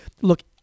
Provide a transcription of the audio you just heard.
Look